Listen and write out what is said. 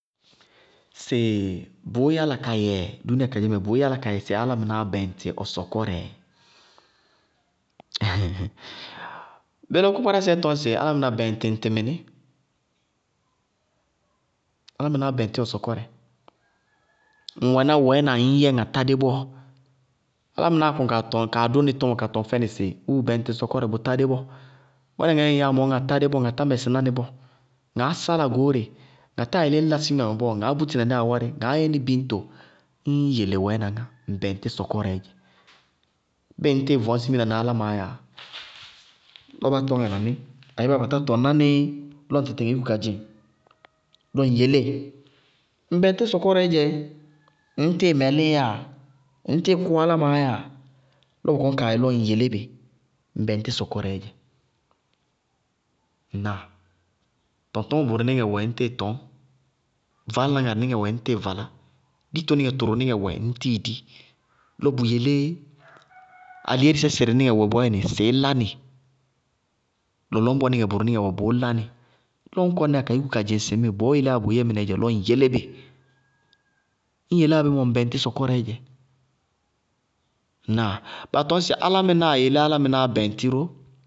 Sɩ bʋʋ yála ka yɛɛ dúúnia mɛ, bʋʋ yála ka yɛ sɩ álámɩnáá bɛŋtɩ sɔkɔrɛɛ? Bé lɔ kpápkárásɛɛ tɔñ sɩ álámɩná bɛŋtɩ ŋtɩ mɩnɩ? Álámɩnáá bɛŋtɩ ɔ sɔkɔrɛ. Ŋwɛná wɛɛna ŋñyɛ ma tádé bɔɔ, álámɩnáá kɔnɩ kaa tɔŋ ka dʋnɩ tɔmɔ sɩ wuúu bɛŋtɩ sɔkɔrɛ, bʋtá dé bɔɔ. Wɛɛna ŋaá ŋŋyɛá mɔɔ, ŋá tádé bɔɔ ga tá mɛsɩná nɩ bɔɔ, ŋaá sála goóre, ma táa yelé ñ la siminamɛ bɔɔ, ŋaá bútina nɩ awárɩ, ŋaá yɛnɩ biñto, ññ yele wɛɛna ŋá, ŋ bɛŋtɩ sɔkɔrɛɛ dzɛ. Bɩɩ ŋñ tɩɩ vɔñ simina na álámɩnáá yáa, lɔ bá tɔñŋa na nɩ abé báa batá tɔŋná nɩɩ lɔ ŋ tɩtɩŋɛ yúku ka dzɩŋ, lɔ ŋ yelée, ŋ bɛŋtɩ sɔkɔrɛɛ dzɛ, ŋñtɩɩ mɩlɩɩyáa ŋñtɩɩ kʋ alámaá yáa, lɔ bʋ kɔñkaayɛ lɔ ŋ yelé bɩ, ŋ bɛŋtɩ sɔkɔrɛɛ dzɛ. Ŋnáa? Tɔŋtɔñmɔ tʋrʋnɩŋɛ wɛ ŋñtɩɩ tɔñ, vaálaná ŋarɩ nɩŋɛ wɛ ŋñ tɩɩ valá, ditonɩŋɛ bʋrʋnɩŋɛɛ wɛ ŋñ tɩɩ di, lɔ bʋ yelé alihéériisɛ sɩrɩnɩŋɛ wɛ bɔɔyɛ nɩ, sɩɩ lá nɩ, lɔlɔñbɔ bʋrʋnɩŋɛ wɛ bʋʋ lanɩ lɔ ñ kɔnɩyá kaa yúkú ka dzɩŋsɩ bɔɔ yeléa lɔ bʋʋyɛ mɩnɛɛɛ dzɛ, lɔ ŋ yelé bɩ. Ñ yeléa bɩ mɔ ŋ bɛŋtɩ sɔkɔrɛɛ dzɛ. Ŋnáa? Ba tɔñ sɩ álámɩnáa yelé álámɩnáá bɛŋtɩ ró.